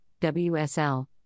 WSL